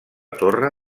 torre